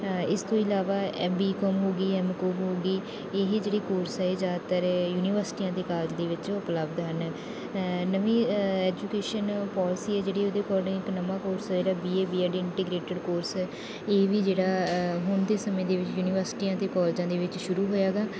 ਇਸ ਤੋਂ ਇਲਾਵਾ ਐਮ ਬੀ ਕੋਮ ਹੋ ਗਈ ਐਮ ਕੋਮ ਹੋ ਗਈ ਇਹ ਜਿਹੜੇ ਕੋਰਸ ਹੈ ਇਹ ਜ਼ਿਆਦਾਤਰ ਯੂਨੀਵਰਸਿਟੀਆਂ ਦੇ ਕਾਲਜ ਦੇ ਵਿੱਚ ਉਪਲਬਧ ਹਨ ਨਵੀਂ ਐਜੂਕੇਸ਼ਨ ਪੋਲਸੀ ਹੈ ਜਿਹੜੀ ਉਹਦੇ ਅਕੋਰਡਿੰਗ ਇੱਕ ਨਵਾਂ ਕੋਰਸ ਜਿਹੜਾ B A B Ed integrated course ਹੈ ਇਹ ਵੀ ਜਿਹੜਾ ਹੁਣ ਦੇ ਸਮੇਂ ਦੇ ਵਿੱਚ ਯੂਨੀਵਰਸਿਟੀਆਂ ਅਤੇ ਕੋਲਜਾਂ ਦੇ ਵਿੱਚ ਸ਼ੁਰੂ ਹੋਇਆ ਗਾ